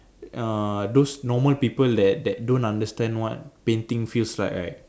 uh those normal people that that don't understand what painting feels like right